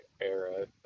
era